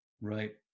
right